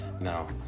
Now